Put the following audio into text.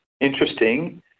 Interesting